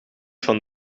van